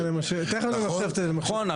נכון,